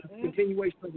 continuation